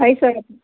ಐದು ಸಾವಿರ